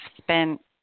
spent